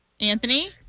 Anthony